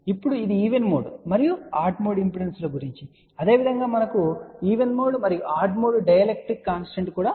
ఇప్పుడు ఇది even mode మరియు ఆడ్ మోడ్ ఇంపెడెన్సులు గురించి అదేవిధంగా మనకు ఈవెన్ మోడ్ మరియు ఆడ్ మోడ్ డైఎలక్ట్రిక్ కాన్స్టాంట్ కూడా ఉన్నాయి